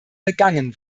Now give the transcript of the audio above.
begangen